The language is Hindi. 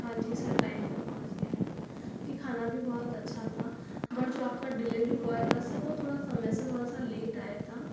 हाँ जी सर टाइम पर पहुँच गया है जी खाना भी बहुत अच्छा था बट जो आपका डिलीवरी बॉय था सर वह समय से थोड़ा सा लेट आया था